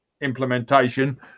implementation